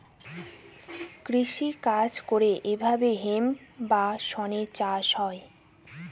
কৃষি কাজ করে এইভাবে হেম্প বা শনের চাষ হয়